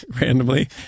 randomly